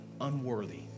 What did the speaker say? unworthy